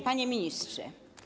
Panie Ministrze!